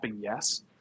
yes